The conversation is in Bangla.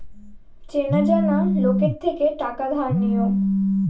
চেনা জানা লোকের থেকে টাকা ধার নিও